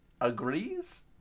agrees